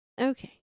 Okay